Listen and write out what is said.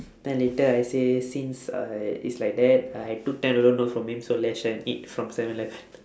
then later I say since uh it's like that I took ten dollar note from him so let's share and eat from seven eleven